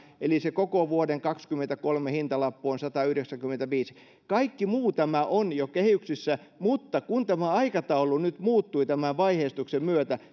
eli se koko vuoden kaksikymmentäkolme hintalappu on satayhdeksänkymmentäviisi kaikki muu tämä on jo kehyksissä mutta kun tämä aikataulu nyt muuttui tämän vaiheistuksen myötä